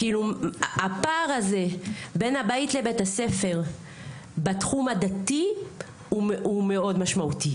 הפער הזה בין הבית לבית הספר בתחום הדתי הוא מאוד משמעותי.